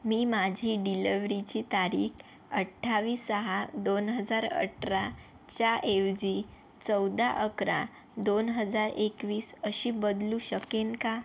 मी माझी डिलवरीची तारीख अठ्ठावीस सहा दोन हजार अठराच्या ऐवजी चौदा अकरा दोन हजार एकवीस अशी बदलू शकेन का